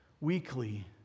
weekly